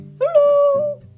Hello